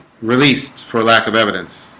released for lack of evidence